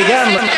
אני גם,